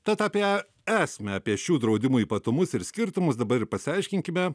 tad apie esmę apie šių draudimų ypatumus ir skirtumus dabar ir pasiaiškinkime